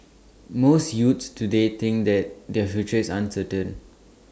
most youths today think that their future is uncertain